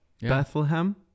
Bethlehem